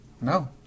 No